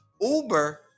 Uber